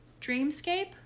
dreamscape